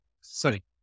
Sorry